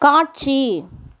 காட்சி